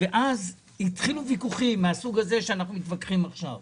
התחילו ויכוחים מהסוג שאנחנו מפתחים עכשיו,